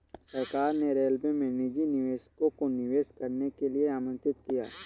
सरकार ने रेलवे में निजी निवेशकों को निवेश करने के लिए आमंत्रित किया